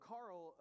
Carl